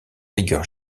rigueur